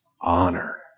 Honor